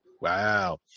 Wow